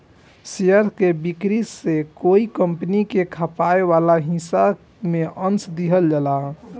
share के बिक्री से कोई कंपनी के खपाए वाला हिस्सा में अंस दिहल जाला